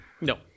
No